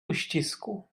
uścisku